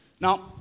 Now